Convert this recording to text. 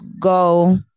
go